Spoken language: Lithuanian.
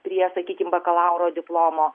prie sakykim bakalauro diplomo